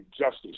justice